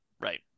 Right